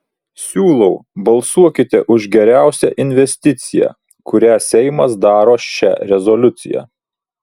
siūlau balsuokite už geriausią investiciją kurią seimas daro šia rezoliucija